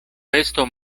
vesto